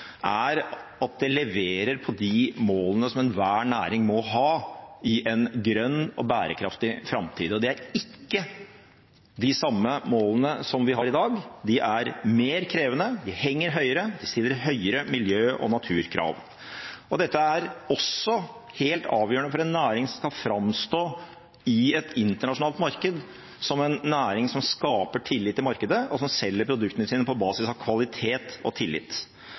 er at det leverer på de målene som enhver næring må ha i en grønn og bærekraftig framtid, og det er ikke de samme målene som vi har i dag. De er mer krevende, de henger høyere, de stiller høyere miljø- og naturkrav. Dette er også helt avgjørende for en næring som kan framstå i et internasjonalt marked som en næring som skaper tillit i markedet, og som selger produktene sine på basis av kvalitet og tillit.